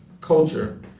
culture